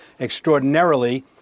extraordinarily